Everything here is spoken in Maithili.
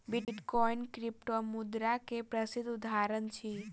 बिटकॉइन क्रिप्टोमुद्रा के प्रसिद्ध उदहारण अछि